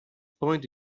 point